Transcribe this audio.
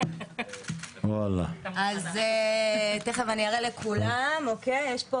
תכף אני אראה לכולם, יש פה